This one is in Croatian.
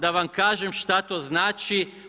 Da vam kažem što to znači?